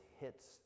hits